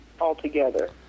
altogether